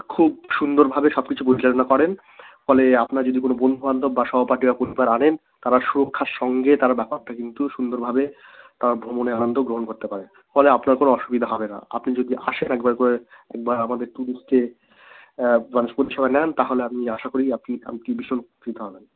খুব সুন্দরভাবে সব কিছু পরিচালনা করেন ফলে আপনার যদি কোনো বন্ধুবান্ধব বা সহপাঠী বা পরিবার আনেন তারা সুরক্ষার সঙ্গে তারা ব্যাপারটা কিন্তু সুন্দরভাবে ভ্রমণের আনন্দ গ্রহণ করতে পারে ফলে আপনার কোনো অসুবিধা হবে না আপনি যদি আসেন একবার করে একবার আমাদের ট্যুরিস্টে লঞ্চ পরিষেবা নেন তাহলে আপনি আশা করি আপনি আপনি ভীষণ উপকৃত হবেন